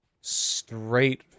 straight